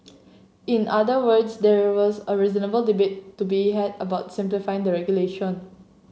in other words there was a reasonable debate to be had about simplifying the regulation